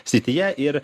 srityje ir